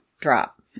drop